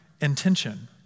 intention